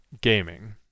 gaming